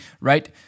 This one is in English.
Right